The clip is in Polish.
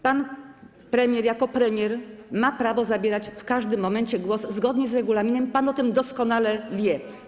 Pan premier jako premier ma prawo zabierać w każdym momencie głos zgodnie z regulaminem i pan o tym doskonale wie.